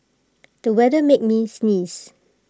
the weather made me sneeze